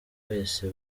wese